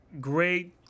great